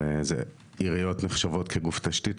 אבל עיריות נחשבות כגוף התשתית,